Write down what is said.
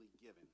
given